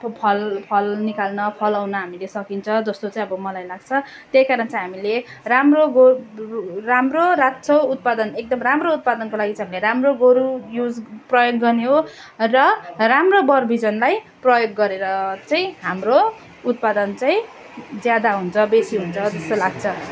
फल फल निकाल्न फलाउन हामीले सकिन्छ जस्तो चाहिँ अब मलाई लाग्छ त्यही कारण चाहिँ हामीले राम्रो गोरु राम्रो राख्छौँ उत्पादन एकदम राम्रो उत्पादनको लागि चाहिँ हामीले राम्रो गोरु युज प्रयोग गर्ने हो र राम्रो बर बिजनलाई प्रयोग गरेर चाहिँ हाम्रो उत्पादन चाहिँ ज्यादा हुन्छ बेसी हुन्छ जस्तो लाग्छ